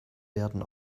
werden